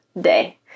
day